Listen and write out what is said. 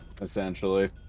essentially